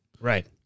Right